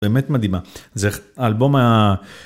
באמת מדהימה, זה האלבום ה...